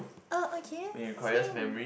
oh okay same